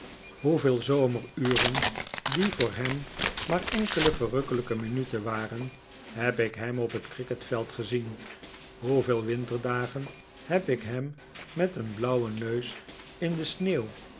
hoeveel zomemren die vopr hem maar enkele verrukkelijke minuten waren heb ik hem op het cricketveld gezien hoeveel winterdagen heb ik hem met een blauwen neus in de sneeuw